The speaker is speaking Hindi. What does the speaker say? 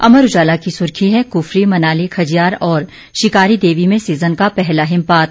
अमर उजाला की सुर्खी है कुफरी मनाली खज्जियार और शिकारी देवी में सीजन का पहला हिमपात